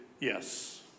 yes